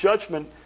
judgment